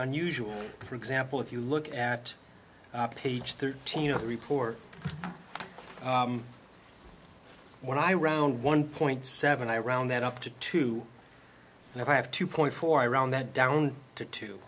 unusual for example if you look at page thirteen of the report when i round one point seven i round that up to two and i have two point four around that down to two